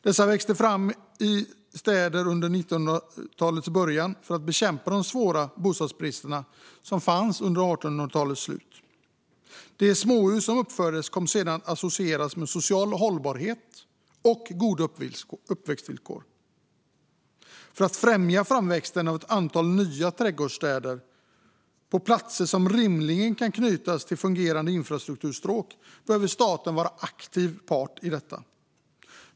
Dessa växte fram i städer under 1900-talets början för att bekämpa den svåra bostadsbristen under 1800-talets slut. De småhus som uppfördes kom sedan att associeras med social hållbarhet och goda uppväxtvillkor. För att främja framväxten av ett antal nya trädgårdsstäder på platser som rimligen kan knytas till fungerande infrastrukturstråk behöver staten vara en aktiv part.